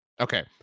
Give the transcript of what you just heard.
Okay